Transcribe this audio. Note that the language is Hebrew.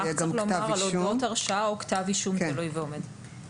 צריך לומר אודות הרשעה או כתב אישום תלוי ועומד.